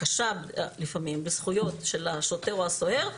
קשה לפעמים בזכויות של השוטר או הסוהר,